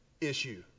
issue